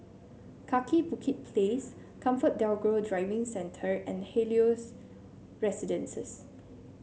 Kaki Bukit Place ComfortDelGro Driving Centre and Helios Residences